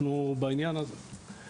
אנחנו, בעניין הזה --- תודה.